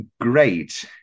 great